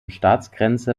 staatsgrenze